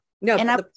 No